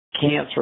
cancer